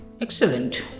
Excellent